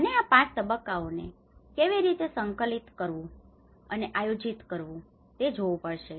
અને આ 5 તબક્કાઓને કેવી રીતે સંકલિત કરવું અને આયોજિત કરવું તે જોવું પડશે